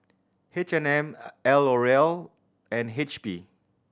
H and M L'Oreal and H P